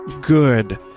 good